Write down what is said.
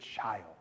child